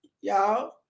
y'all